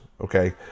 okay